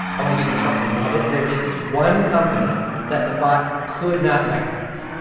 i want to give you this one. i love it. there is this one company that the bot could not recognize.